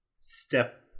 step